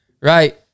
right